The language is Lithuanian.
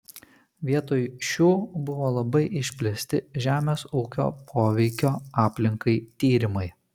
vietoj šių buvo labai išplėsti žemės ūkio poveikio aplinkai tyrimai